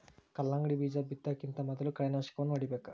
ಕಲ್ಲಂಗಡಿ ಬೇಜಾ ಬಿತ್ತುಕಿಂತ ಮೊದಲು ಕಳೆನಾಶಕವನ್ನಾ ಹೊಡಿಬೇಕ